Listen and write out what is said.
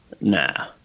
Nah